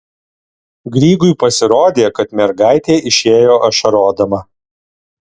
grygui pasirodė kad mergaitė išėjo ašarodama